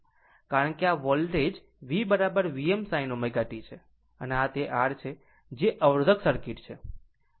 કારણ કે આ voltage V Vm sin ω t છે અને આ તે R છે જે અવરોધક સર્કિટ છે